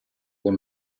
con